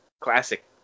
Classic